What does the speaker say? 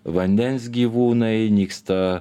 vandens gyvūnai nyksta